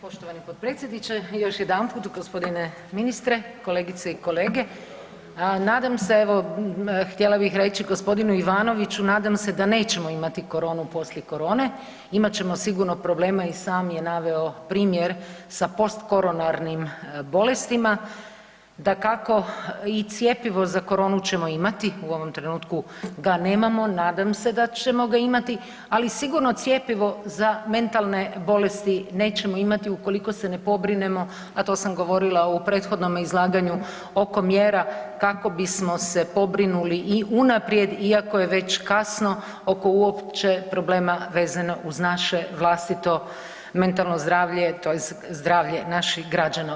Poštovani potpredsjedniče, još jedanput gospodine ministre, kolegice i kolege, nadam se evo htjela bih reći gospodinu Ivanoviću, nadam se da nećemo imati koronu poslije korone, imat ćemo sigurno problema i sam je naveo primjer sa postkoronarnim bolestima dakako i cjepivo za koronu ćemo imati, u ovom trenutku ga nemamo, nadam se da ćemo ga imati, ali sigurno cjepivo za mentalne bolesti nećemo imati ukoliko se ne pobrinemo, a to sam govorila u prethodnome izlaganju oko mjera kako bismo se pobrinuli i unaprijed iako je već kasno oko uopće problema vezano uz naše vlastito mentalno zdravlje tj. zdravlje naših građana.